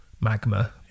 Magma